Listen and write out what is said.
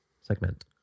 segment